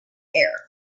air